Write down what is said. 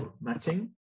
matching